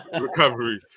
Recovery